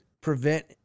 prevent